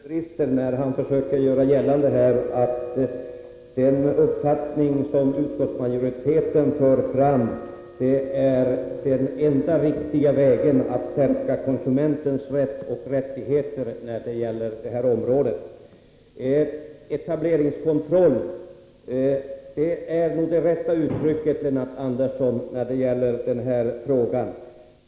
Herr talman! Jag tycker nog att Lennart Andersson överdriver, när han försöker göra gällande att den uppfattning som utskottsmajoriteten för fram är den enda riktiga vägen att stärka konsumentens rätt på det här området. Etableringskontroll är det rätta uttrycket i sammanhanget, Lennart Andersson.